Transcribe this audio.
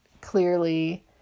clearly